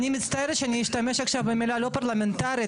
אני מצטערת שאני אשתמש עכשיו במילה לא פרלמנטרית,